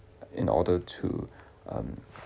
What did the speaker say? in order to um